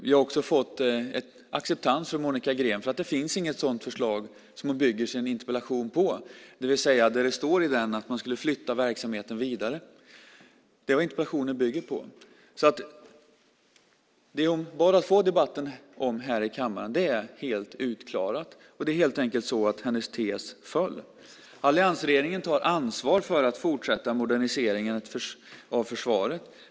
Vi har också fått acceptans från Monica Green för att det inte finns något sådant förslag som hon bygger sin interpellation på, det vill säga där det står att man skulle flytta verksamheten vidare. Det är vad interpellationen bygger på. Det hon bad att få debatten om här i kammaren är helt utklarat, och det är helt enkelt så att hennes tes föll. Alliansregeringen tar ansvar för att fortsätta moderniseringen av försvaret.